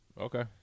Okay